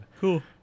Cool